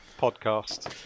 Podcast